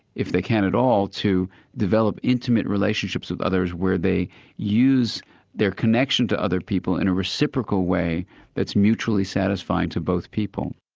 if they can at all, to develop intimate relationships with others where they use their connection to other people in a reciprocal way that's mutually satisfying to both people.